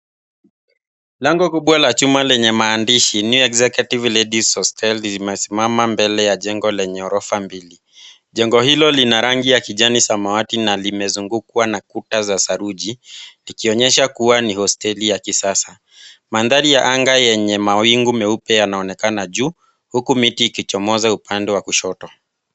Lango kubwa la chuma lenye maandishi, near executive ladies hostel, limesimama mbele ya jengo lenye ghorofa mbili. Jengo hilo lina rangi ya kijani samawati na limezungukwa na kuta za saruji likionyesha kuwa ni hosteli ya kisasa. Mandhari ya anga yenye mawingu meupe yanaonekana juu huku miti ikichomoza upande wa kushoto.